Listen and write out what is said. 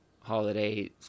Holiday